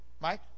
Mike